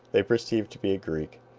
they perceived to be a greek.